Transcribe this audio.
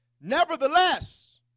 nevertheless